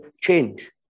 change